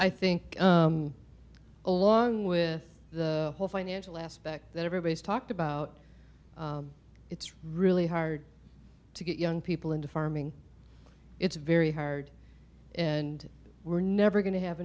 i think along with the whole financial aspect that everybody's talked about it's really hard to get young people into farming it's very hard and we're never going to have